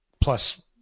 plus